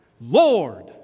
Lord